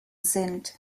sind